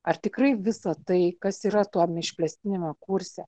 ar tikrai visa tai kas yra tuom išplėstiniame kurse